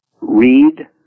read